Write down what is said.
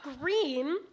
green